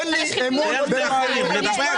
--- אין לי אמון במערכת המשפט.